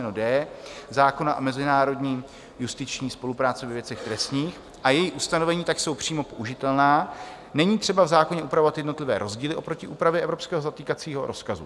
d) zákona o mezinárodní justiční spolupráci ve věcech trestních, a její ustanovení tak jsou přímo použitelná, není třeba v zákoně upravovat jednotlivé rozdíly oproti úpravě evropského zatýkacího rozkazu.